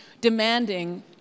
demanding